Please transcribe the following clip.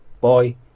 boy